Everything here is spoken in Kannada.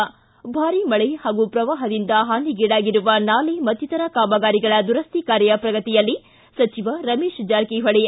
ಿ ಭಾರಿ ಮಳೆ ಹಾಗೂ ಪ್ರವಾಹದಿಂದ ಹಾನಿಗೀಡಾಗಿರುವ ನಾಲೆ ಮತ್ತಿತರ ಕಾಮಗಾರಿಗಳ ದುರಸ್ತಿ ಕಾರ್ಯ ಪ್ರಗತಿಯಲ್ಲಿ ಸಚಿವ ರಮೇಶ್ ಜಾರಕಿಹೊಳಿ